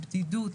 בדידות,